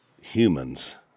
humans